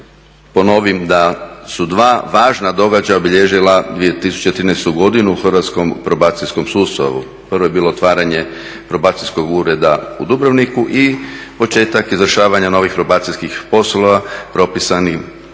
ponovim da su dva važna događaja obilježila 2013. godinu u Hrvatskom probacijskom sustavu. Prvo je bilo otvaranje Probacijskog ureda u Dubrovniku i početak … novih probacijskih poslova propisanih